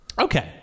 Okay